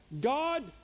God